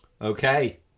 Okay